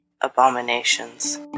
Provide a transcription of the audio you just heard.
Abominations